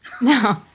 No